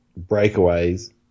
breakaways